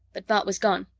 but bart was gone,